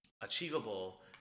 achievable